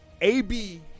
AB